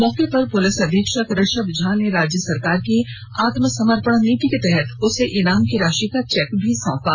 मौके पर पुलिस अधीक्षक ऋषभ झा ने राज्य सरकार की आत्मसमर्पण नीति के तहत उसे इनाम की राशि का चेक भी सौंपा